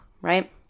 right